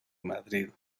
madrid